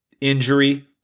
injury